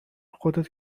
خودت